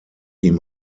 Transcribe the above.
ihm